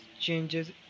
changes